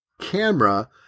camera